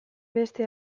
beste